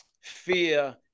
fear